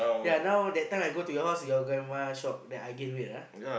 yea now that time I go to your house your grandma shock that I gain weight ah